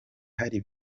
hari